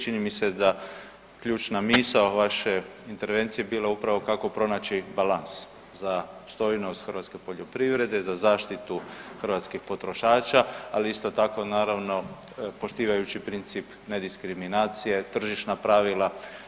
Čini mi se da ključna misao vaše intervencije bila upravo kako pronaći balans za opstojnost hrvatske poljoprivrede, za zaštitu hrvatskih potrošača, ali isto tako naravno poštivajući princip ne diskriminacije, tržišna pravila.